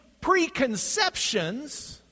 preconceptions